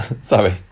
sorry